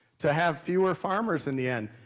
to have fewer farmers in the end.